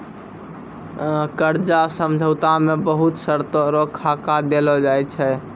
कर्जा समझौता मे बहुत शर्तो रो खाका देलो जाय छै